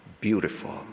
beautiful